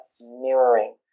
mirroring